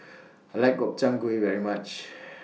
I like Gobchang Gui very much